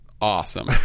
awesome